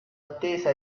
attesa